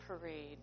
parade